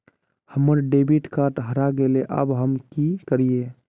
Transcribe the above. हमर debit card हरा गेले अब हम की करिये?